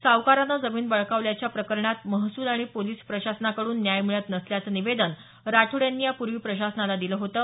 सावकारांनं जमीन बळकावल्याच्या प्रकरणात महसूल आणि पोलीस प्रशासनाकडून न्याय मिळत नसल्याचं निवेदन राठोड यांनी यापूर्वी प्रशासनाला दिले होतं